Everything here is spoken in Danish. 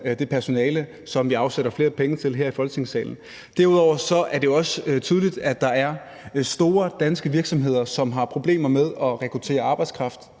det personale og afsætter flere penge til det. Derudover er det jo også tydeligt, at der er store danske virksomheder, som har problemer med at rekruttere arbejdskraft.